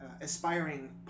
aspiring